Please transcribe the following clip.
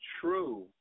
true